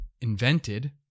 invented